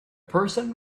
person